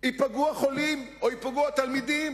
ייפגעו החולים או ייפגעו התלמידים